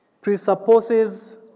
presupposes